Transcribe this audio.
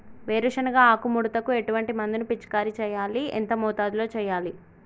వేరుశెనగ ఆకు ముడతకు ఎటువంటి మందును పిచికారీ చెయ్యాలి? ఎంత మోతాదులో చెయ్యాలి?